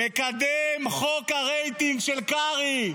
מקדם חוק הרייטינג של קרעי,